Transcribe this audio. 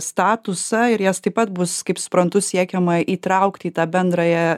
statusą ir jas taip pat bus kaip suprantu siekiama įtraukti į tą bendrąją